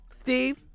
Steve